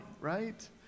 right